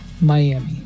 Miami